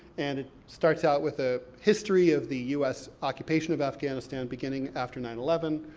and it starts out with a history of the u s. occupation of afghanistan, beginning after nine eleven.